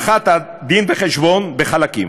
הנחת הדין-וחשבון בחלקים),